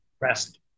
rest